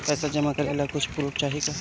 पैसा जमा करे ला कुछु पूर्फ चाहि का?